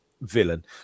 villain